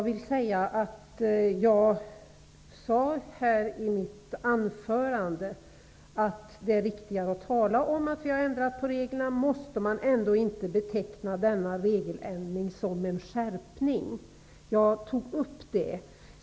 Herr talman! Jag sade i mitt anförande att det är riktigare att tala om att vi har ändrat på reglerna. Måste man ändå inte beteckna denna regeländring som en skärpning? Jag tog upp det.